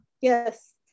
Yes